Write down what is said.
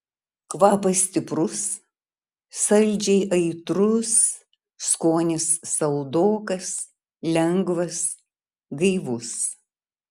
kvapas stiprus saldžiai aitrus skonis saldokas lengvas gaivus